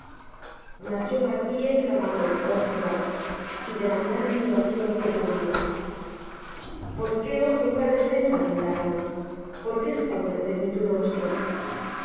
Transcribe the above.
yo á ti he clamado oh jehová y de mañana mi oración te previno por qué oh jehová desechas mi alma por qué escondes de mí tu rostro yo